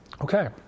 Okay